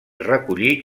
recollí